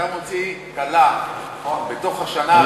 אתה מוציא כלה בתוך השנה הראשונה.